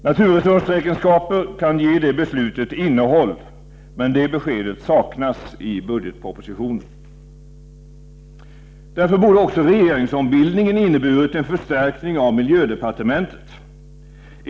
Naturrresursräkenskaper kan ge det beslutet innehåll! Men det beskedet saknas i budgetpropositionen. Därför borde också regeringsombildningen ha inneburit en förstärkning av miljödepartementet.